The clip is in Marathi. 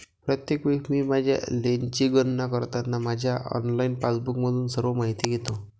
प्रत्येक वेळी मी माझ्या लेनची गणना करताना माझ्या ऑनलाइन पासबुकमधून सर्व माहिती घेतो